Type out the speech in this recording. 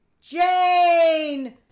Jane